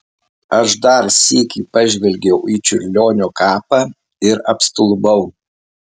aš dar sykį pažvelgiau į čiurlionio kapą ir apstulbau